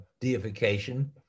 deification